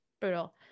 brutal